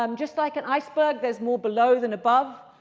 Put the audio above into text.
um just like an iceberg, there's more below than above.